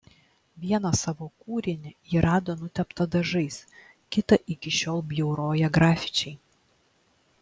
vieną savo kūrinį ji rado nuteptą dažais kitą iki šiol bjauroja grafičiai